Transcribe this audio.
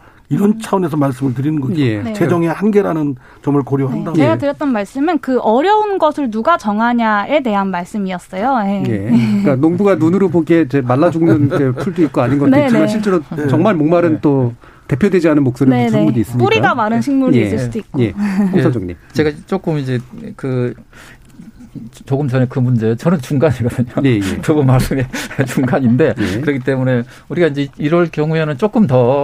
이런 차원에서 말씀을 드리는 거죠. 예. 네. 재정의 한계라는 점을 고려한다고. 네. 제가 예. 드렸던 말씀은 그 어려운 것을 누가 정하냐에 대한 말씀이었어요. 예. 예. 그러니까 네. 농부가 눈으로 보기에 이제 말라 죽는 이제 풀도 있고 아닌 것도 네, 있지만 네. 실제로 네. 정말 목마른 네. 또 대표되지 않은 목소리를 네, 부르는 네. 분도 있으니까. 뿌리가 마른 식물이 예. 있을 예. 수도 있고. 예. 홍 사장님. 제가 조금 이제 그, 조금 전에 그 문제, 저는 중간이거든요. 예, 예. 두 분 말씀의 중간인데 예. 그렇기 때문에 우리가 이제 이럴 경우에는 조금 더